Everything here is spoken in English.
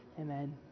Amen